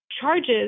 charges